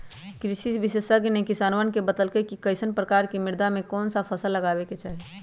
कृषि विशेषज्ञ ने किसानवन के बतल कई कि कईसन प्रकार के मृदा में कौन सा फसल लगावे के चाहि